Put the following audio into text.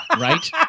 right